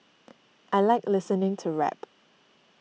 I like listening to rap